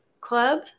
club